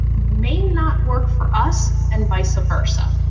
may not work for us and vice a versa.